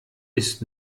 ist